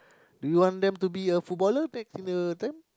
do you want them to be a footballer next in the time